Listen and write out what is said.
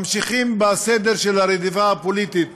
ממשיכים בסדר של הרדיפה הפוליטית